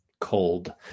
cold